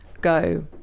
go